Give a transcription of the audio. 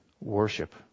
Worship